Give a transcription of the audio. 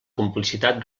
complicitat